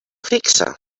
fixa